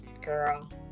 girl